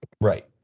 Right